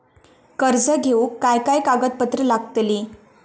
कर्ज घेऊक काय काय कागदपत्र लागतली?